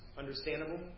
understandable